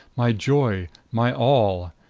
my joy, my all!